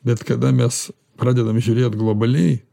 bet kada mes pradedam žiūrėt globaliai